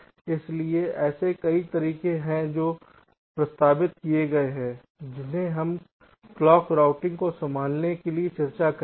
इसलिए ऐसे कई तरीके हैं जो प्रस्तावित किए गए हैं जिन्हें हम क्लॉक रूटिंग को संभालने के लिए चर्चा करेंगे